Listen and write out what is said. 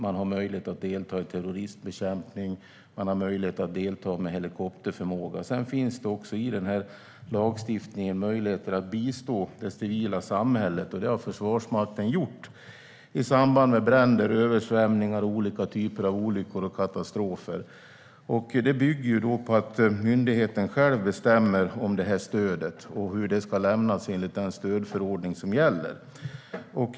Man har möjlighet att delta i terroristbekämpning, och man har möjlighet att delta med helikopterförmåga. I lagstiftningen finns det också möjligheter att bistå det civila samhället. Det har Försvarsmakten gjort i samband med bränder, översvämningar och olika typer av olyckor och katastrofer. Det bygger på att myndigheten själv bestämmer om det här stödet och hur det ska lämnas enligt den stödförordning som gäller.